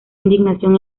indignación